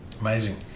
Amazing